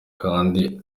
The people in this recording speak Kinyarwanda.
kandi